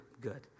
good